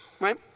right